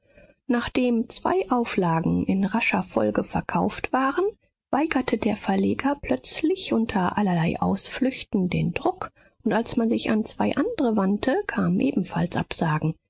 nachdem zwei auflagen in rascher folge verkauft waren weigerte der verleger plötzlich unter allerlei ausflüchten den druck und als man sich an zwei andre wandte kamen ebenfalls absagen